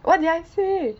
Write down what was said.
what did I say